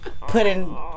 putting